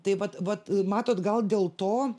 tai vat vat matot gal dėl to